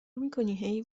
میکنی